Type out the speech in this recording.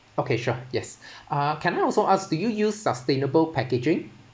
okay sure yes uh can I also ask do you use sustainable packaging